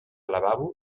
lavabo